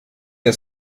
der